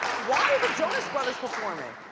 why are the jonas brothers performing?